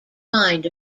mind